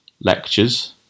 lectures